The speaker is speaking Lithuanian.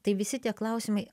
tai visi tie klausimai